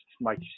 Mike